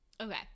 okay